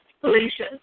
Felicia